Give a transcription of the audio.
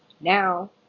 Now